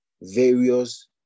various